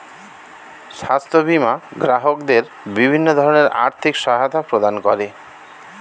স্বাস্থ্য বীমা গ্রাহকদের বিভিন্ন ধরনের আর্থিক সহায়তা প্রদান করে